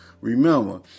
Remember